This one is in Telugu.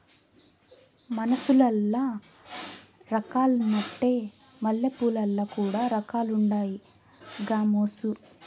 మనుసులల్ల రకాలున్నట్లే మల్లెపూలల్ల కూడా రకాలుండాయి గామోసు